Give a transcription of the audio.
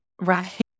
Right